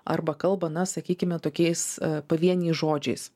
arba kalba na sakykime tokiais pavieniais žodžiais